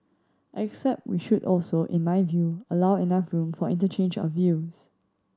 except we should also in my view allow enough room for interchange of views